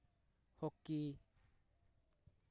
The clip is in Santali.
ᱦᱚᱠᱤ